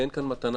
כי אין כאן מתנה.